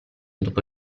dopo